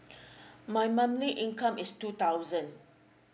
my monthly income is two thousand